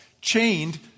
chained